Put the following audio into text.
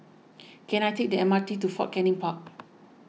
can I take the M R T to Fort Canning Park